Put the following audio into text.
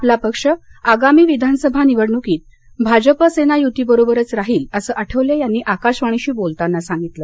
आपला पक्ष आगामी विधानसभा निवडणुकीत भाजपा सेना युतीबरोबरच राहील असं आठवले यांनी आकाशवाणीशी बोलताना सांगितलं